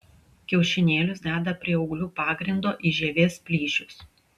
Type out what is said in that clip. kiaušinėlius deda prie ūglių pagrindo į žievės plyšius